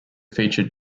featured